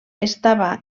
estava